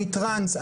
אני טראנס,